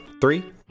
three